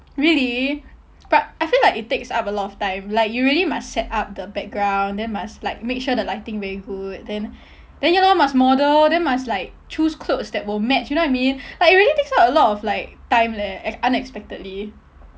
really but I feel like it takes up a lot of time like you really must set up the background then must like make sure the lighting very good then then you know must model then must like choose clothes that will match you know what I mean like it really takes up a lot of like time leh ex~ unexpectedly